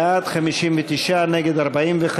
בעד, 59, נגד, 45,